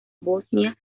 bosnia